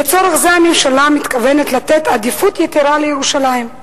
לצורך זה הממשלה מתכוונת לתת עדיפות יתירה לירושלים.